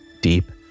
deep